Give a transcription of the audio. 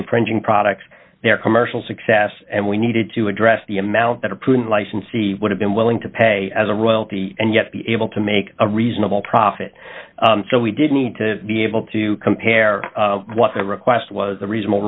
infringing products their commercial success and we needed to address the amount that a prudent licensee would have been willing to pay as a royalty and yet be able to make a reasonable profit so we didn't need to be able to compare what the request was a reasonable